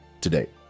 today